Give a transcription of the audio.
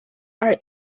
are